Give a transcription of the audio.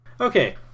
Okay